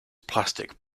plastic